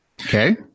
Okay